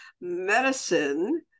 medicine